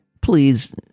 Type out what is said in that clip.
please